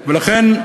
לכן,